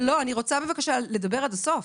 אני רוצה בבקשה לדבר עד הסוף.